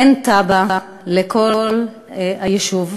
אין תב"ע לכל היישוב,